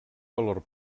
valor